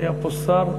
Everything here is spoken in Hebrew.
היה פה שר.